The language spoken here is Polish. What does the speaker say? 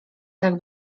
tak